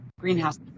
greenhouse